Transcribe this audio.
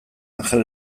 anjel